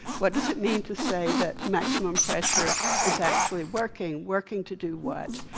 what does it mean to say that maximum pressure is actually working? working to do what?